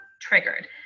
triggered